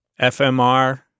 FMR